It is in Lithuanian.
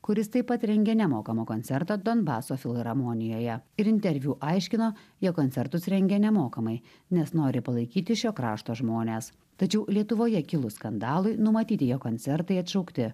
kuris taip pat rengė nemokamą koncertą donbaso filharmonijoje ir interviu aiškino jog koncertus rengia nemokamai nes nori palaikyti šio krašto žmones tačiau lietuvoje kilus skandalui numatyti jo koncertai atšaukti